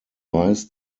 weiß